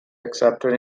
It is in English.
accepted